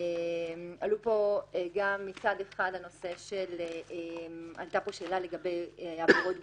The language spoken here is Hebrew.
עלתה פה מצד אחד שאלה לגבי עבירות ביטחון,